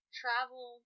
travel